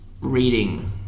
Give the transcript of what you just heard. reading